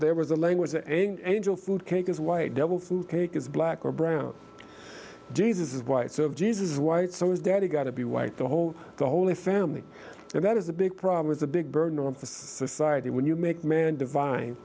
there was a language that angel food cake is white devil food cake is black or brown jesus is white serve jesus is white so his daddy got to be white the whole holy family that is a big problem is a big burden on society when you make man divine